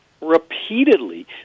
repeatedly